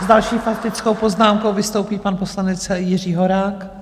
S další faktickou poznámkou vystoupí pan poslanec Jiří Horák.